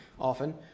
often